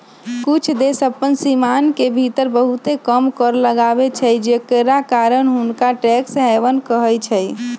कुछ देश अप्पन सीमान के भीतर बहुते कम कर लगाबै छइ जेकरा कारण हुंनका टैक्स हैवन कहइ छै